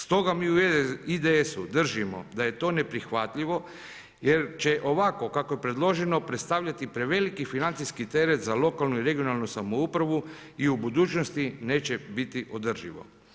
Stoga mi u IDS-u držimo da je to neprihvatljivo jer će ovako kako je predloženo predstavljati preveliki financijski teret za lokalnu i regionalnu samoupravu i u budućnosti neće biti održivo.